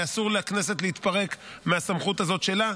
ואסור לכנסת להתפרק מהסמכות הזאת שלה,